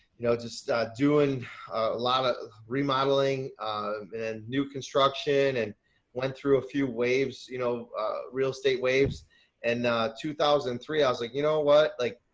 you know, just doing a lot of remodeling and new construction and went through a few waves, you know real estate waves and two thousand and three, i was like, you know what? like,